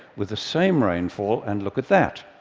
with the same rainfall, and look at that.